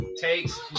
takes